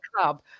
club